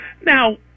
Now